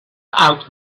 out